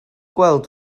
gweld